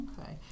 Okay